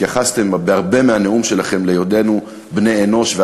התייחסתם בהרבה מהנאומים שלכם להיותנו בני-אנוש,